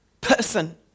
person